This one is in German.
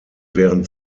während